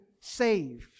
saved